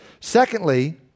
Secondly